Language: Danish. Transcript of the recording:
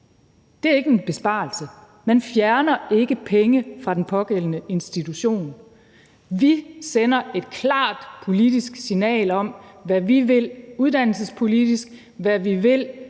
Det er ikke en besparelse. Man fjerner ikke penge fra den pågældende institution. Vi sender et klart politisk signal om, hvad vi vil uddannelsespolitisk, og hvad vi vil